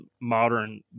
modern